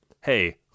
Hey